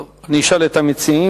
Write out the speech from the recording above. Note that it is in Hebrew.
טוב, אני אשאל את המציעים.